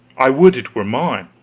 i would it were mine,